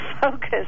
focus